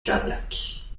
cardiaque